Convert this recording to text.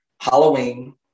Halloween